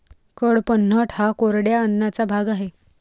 कडपह्नट हा कोरड्या अन्नाचा भाग आहे